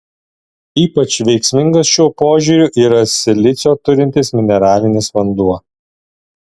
ypač veiksmingas šiuo požiūriu yra silicio turintis mineralinis vanduo